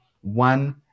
one